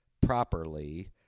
properly